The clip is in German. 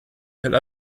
tel